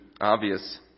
obvious